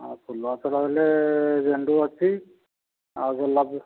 ଆଉ ଫୁଲ ଗଛ କହିଲେ ଗେଣ୍ଡୁ ଅଛି ଆଉ ଗୋଲାପ